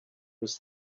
was